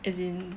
as in